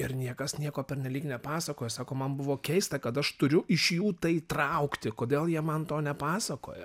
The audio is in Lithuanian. ir niekas nieko pernelyg nepasakojo sako man buvo keista kad aš turiu iš jų tai traukti kodėl jie man to nepasakoja